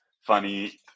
funny